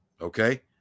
okay